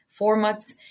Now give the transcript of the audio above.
formats